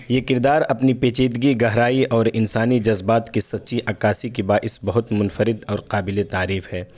یہ کردار اپنی پیچیدگی گہرائی اور انسانی جذبات کی سچی عکاسی کے باعث بہت منفرد اور قابل تعریف ہے